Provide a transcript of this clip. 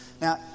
Now